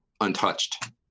untouched